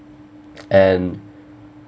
and